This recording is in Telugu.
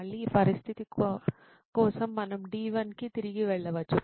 మళ్ళీ ఈ పరిస్థితి కోసం మనం D1 కి తిరిగి వెళ్ళవచ్చు